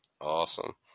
Awesome